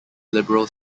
liberal